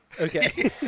Okay